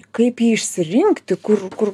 kaip jį išsirinkti kur kur